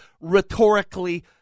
rhetorically